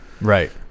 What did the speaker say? Right